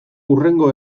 hurrengo